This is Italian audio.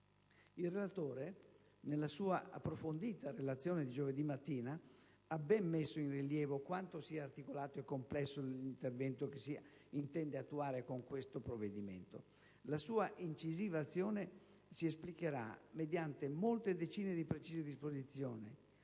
Il relatore nella sua approfondita relazione di giovedì mattina ha ben messo in rilievo quanto sia articolato e complesso l'intervento che si intende attuare con questo provvedimento. La sua incisiva azione si esplicherà mediante molte decine di precise disposizioni,